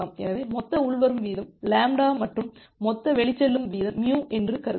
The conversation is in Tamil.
எனவே மொத்த உள்வரும் வீதம் λ மற்றும் மொத்த வெளிச்செல்லும் வீதம் μ என்று கருதுங்கள்